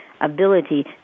ability